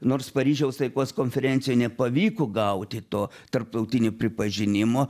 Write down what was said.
nors paryžiaus taikos konferencijoj nepavyko gauti to tarptautinio pripažinimo